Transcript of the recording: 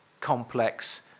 complex